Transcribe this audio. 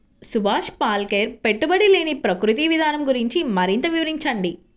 సుభాష్ పాలేకర్ పెట్టుబడి లేని ప్రకృతి విధానం గురించి మరింత వివరించండి